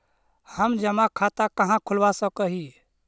हम जमा खाता कहाँ खुलवा सक ही?